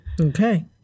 Okay